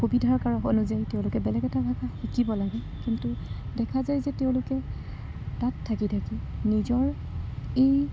সুবিধাৰ কাৰক অনুযায়ী তেওঁলোকে বেলেগ এটা ভাষা শিকিব লাগে কিন্তু দেখা যায় যে তেওঁলোকে তাত থাকি থাকি নিজৰ এই